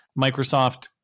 Microsoft